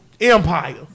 Empire